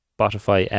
Spotify